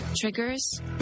Triggers